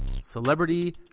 Celebrity